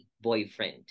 boyfriend